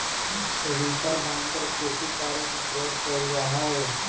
reaper binder कृषि कार्य में प्रयोग कइल जा हई